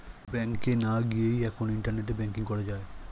ব্যাংকে না গিয়েই এখন ইন্টারনেটে ব্যাঙ্কিং করা যায়